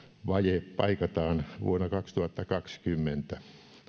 vaje paikataan vuonna kaksituhattakaksikymmentä